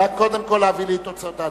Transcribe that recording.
רק קודם כול, להביא לי את תוצאות ההצבעה.